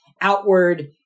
outward